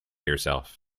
yourself